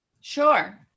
Sure